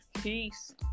Peace